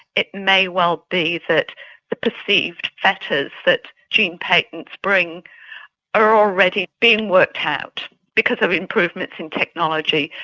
it may well be that the perceived fetters that gene patents bring are already being worked out because of improvements in technology,